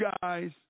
guys